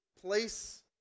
place